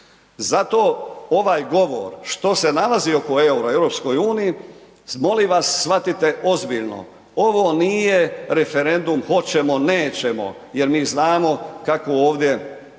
Zato ovaj govor što se nalazi oko eura i EU-a, molim vas shvatite ozbiljno, ovo nije referendum hoćemo-nećemo jer mi znamo kako ovdje